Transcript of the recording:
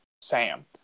Sam